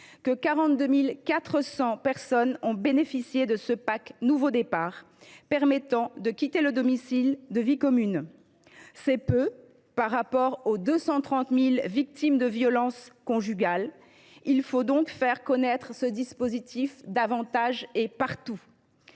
que 42 400 personnes ont bénéficié de ce pack nouveau départ permettant de quitter le domicile de vie commune. C’est encore trop peu par rapport aux 230 000 victimes de violences conjugales : il faut faire connaître ce dispositif mieux et partout.